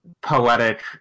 poetic